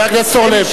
חבר הכנסת אורלב.